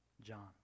John